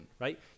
right